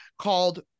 called